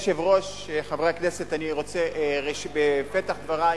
חברי הכנסת, אני רוצה בפתח דברי